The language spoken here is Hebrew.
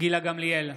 גילה גמליאל,